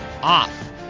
off